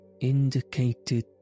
indicated